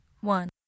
one